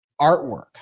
artwork